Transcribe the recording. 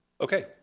Okay